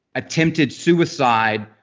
attempted suicide,